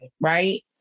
Right